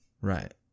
Right